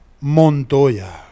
Montoya